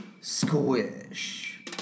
Squish